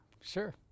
sure